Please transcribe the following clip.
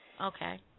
Okay